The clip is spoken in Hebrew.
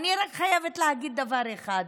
אני רק חייבת להגיד דבר אחד.